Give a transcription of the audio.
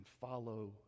follow